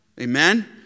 Amen